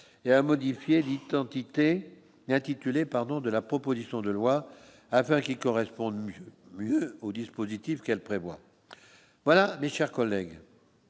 et à modifier entité intitulé pardon de la proposition de loi afin qu'ils correspondent mieux mieux au dispositif qu'elle prévoit voilà, mes chers collègues.